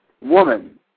woman